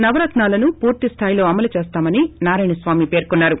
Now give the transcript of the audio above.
నవరత్నాలను పూర్తి స్థాయిలో అమలు చేస్తామని నారాయణ స్కామి పేర్కొన్నారు